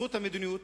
בזכות המדיניות,